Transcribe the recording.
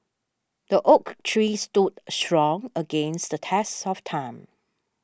the oak tree stood strong against the test of time